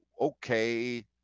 okay